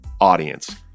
audience